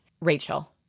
Rachel